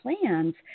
plans